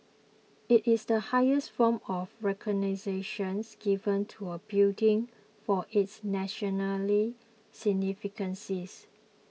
it is the highest form of recognitions given to a building for its nationally significance